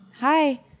hi